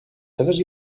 seves